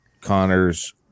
Connor's